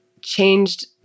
changed